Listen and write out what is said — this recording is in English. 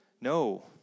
No